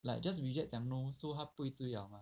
like just reject 讲 no so 他不会追 liao mah